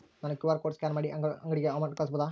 ನಾನು QR code scan ಮಾಡಿ ಅಂಗಡಿಗೆ ಅಮೌಂಟ್ ಕಳಿಸಬಹುದಾ?